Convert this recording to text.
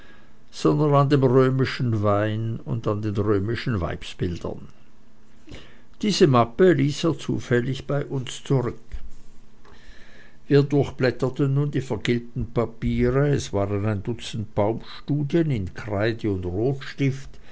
sondern an dem römischen wein und an den römischen weibsbildern diese mappe ließ er zufällig bei uns zurück wir durchblätterten nun die vergilbten papiere es waren ein dutzend baumstudien in kreide und rotstift